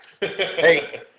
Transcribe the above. Hey